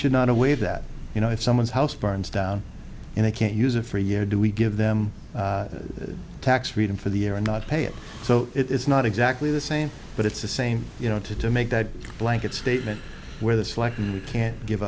should not a way that you know if someone's house burns down and they can't use it for a year do we give them tax freedom for the year and not pay it so it's not exactly the same but it's the same you know to to make that blanket statement where there's like you can't give